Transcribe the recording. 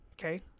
Okay